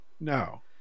no